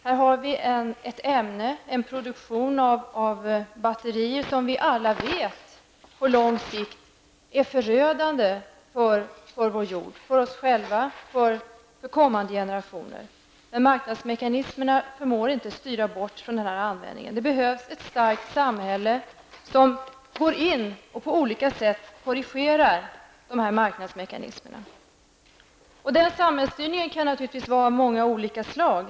Här har vi en produktion av batterier som, enligt vad vi alla vet, på lång sikt är förödande för vår jord, för oss själva och för kommande generationer. Men marknadsmekanismerna förmår inte styra bort från användningen av dessa batterier. Det behövs ett starkt samhälle, som griper in och på olika sätt korrigerar dessa marknadsmekanismer. Denna samhällsstyrning kan naturligtvis vara av många olika slag.